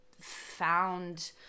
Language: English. found